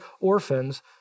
orphans